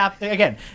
Again